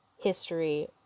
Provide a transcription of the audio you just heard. history